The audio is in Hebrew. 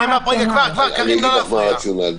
מה הרציונל?